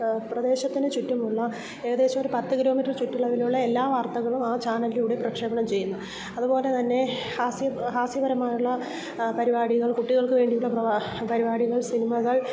പ്രദേശത്തിന് ചുറ്റുമുള്ള ഏകദേശം ഒരു പത്ത് കിലോമീറ്റർ ചുറ്റളവിലുള്ള എല്ലാ വാർത്തകളും ആ ചാനനിലൂടെ പ്രക്ഷേപണം ചെയ്യുന്നു അതുപോലെ തന്നെ ഹാസ്യ ഹാസ്യപരമായുള്ള പരിപാടികൾ കുട്ടികൾക്ക് വേണ്ടിയുള്ള പരിപാടികൾ സിനിമകൾ